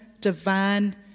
divine